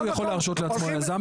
איפה יכול להרשות לעצמו היזם?